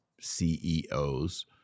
CEOs